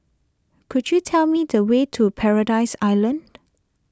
could you tell me the way to Paradise Island